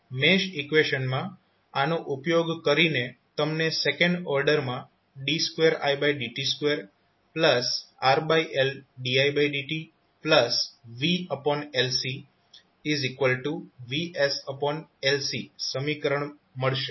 mesh ઈકવેશનમાં આનો ઉપયોગ કરીને તમને સેકન્ડ ઓર્ડરમાંd2idt2RLdidtvLCVsLC સમીકરણ મળશે